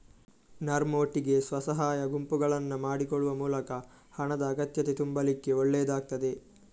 ನರ್ಮ್ ಒಟ್ಟಿಗೆ ಸ್ವ ಸಹಾಯ ಗುಂಪುಗಳನ್ನ ಮಾಡಿಕೊಳ್ಳುವ ಮೂಲಕ ಹಣದ ಅಗತ್ಯತೆ ತುಂಬಲಿಕ್ಕೆ ಒಳ್ಳೇದಾಗ್ತದೆ